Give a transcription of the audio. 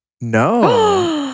No